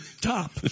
top